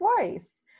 Voice